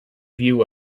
view